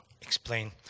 explain